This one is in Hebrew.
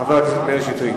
חברת הכנסת שלי יחימוביץ,